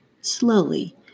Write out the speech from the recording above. slowly